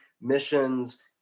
missions